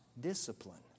discipline